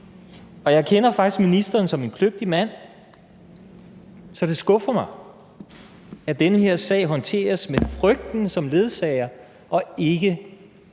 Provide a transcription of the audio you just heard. Og jeg kender faktisk ministeren som en kløgtig mand, så det skuffer mig, at den her sag håndteres med frygten som ledsager og ikke